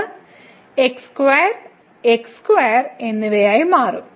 ഇത് x2 x2 എന്നിവയായി മാറും